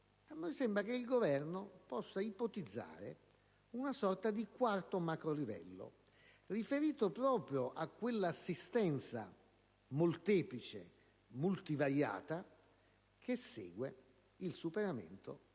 interpellanza - il Governo può ipotizzare una sorta di quarto macrolivello, riferito proprio a quella assistenza molteplice e multivariata che segue il superamento di